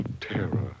terror